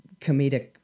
comedic